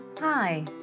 Hi